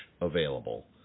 available